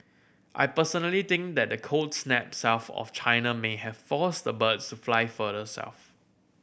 I personally think that the cold snap south of China may have forced the birds fly further south